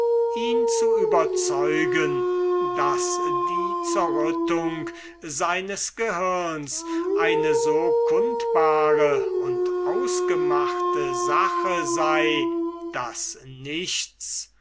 ihn zu überzeugen daß die zerrüttung seines gehirns eine so kundbare und ausgemachte sache sei daß nichts